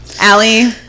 Allie